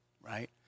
right